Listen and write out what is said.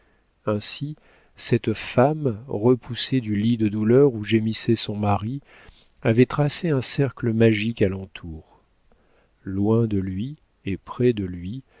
ainsi cette femme repoussée du lit de douleur où gémissait son mari avait tracé un cercle magique à l'entour loin de lui et près de lui